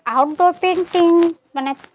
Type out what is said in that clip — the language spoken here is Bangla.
আউটডোর পেইন্টিং মানে